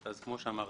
כמו שאמרתי,